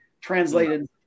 translated